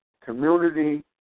community